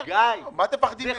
גיא, זו פגיעה בקניינו של אדם.